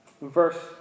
verse